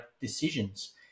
decisions